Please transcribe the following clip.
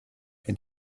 and